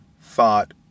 thought